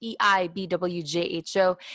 eibwjho